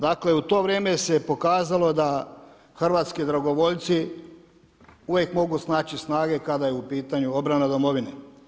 Dakle, u to vrijeme se pokazalo da hrvatski dragovoljci uvijek mogu snaći snage kada je u pitanju obrana Domovine.